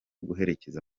guherekeza